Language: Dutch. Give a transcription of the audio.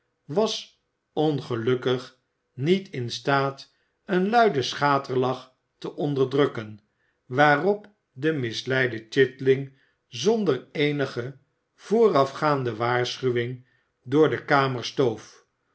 was ongelukkig niet in staat een luiden schaterlach te onderdrukken waarop de misleide chitling zonder eenige voorafgaande waarschuwing door de kamer stoof